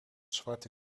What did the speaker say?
zwarte